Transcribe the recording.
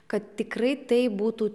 kad tikrai tai būtų